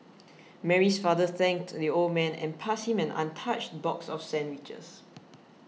Mary's father thanked the old man and passed him an untouched box of sandwiches